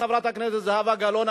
חברת הכנסת זהבה גלאון,